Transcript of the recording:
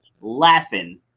laughing